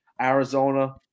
Arizona